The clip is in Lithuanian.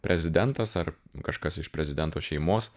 prezidentas ar kažkas iš prezidento šeimos